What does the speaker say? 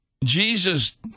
Jesus